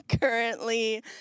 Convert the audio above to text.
currently